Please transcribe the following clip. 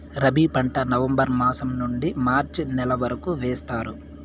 రబీ పంట నవంబర్ మాసం నుండీ మార్చి నెల వరకు వేస్తారు